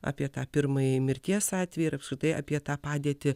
apie tą pirmąjį mirties atvejį ir apskritai apie tą padėtį